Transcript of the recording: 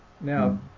Now